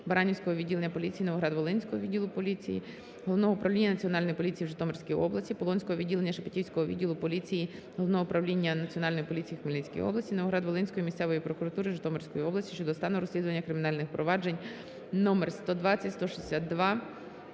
Баранівського відділення поліції Новоград-Волинського відділу поліції Головного управління Національної поліції в Житомирській області, Полонського відділення Шепетівського відділу поліції Головного управління Національної поліції в Хмельницькій області, Новоград-Волинської місцевої прокуратури Житомирської області щодо стану розслідування кримінальних проваджень